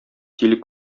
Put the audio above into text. тиле